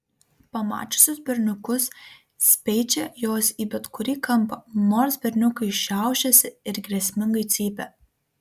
pamačiusios berniukus speičia jos į bet kurį kampą nors berniukai šiaušiasi ir grėsmingai cypia